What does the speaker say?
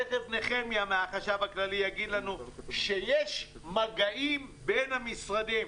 תכף נחמיה מהחשב הכללי יגיד לנו ש"יש מגעים בין המשרדים".